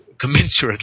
commensurately